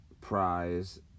prize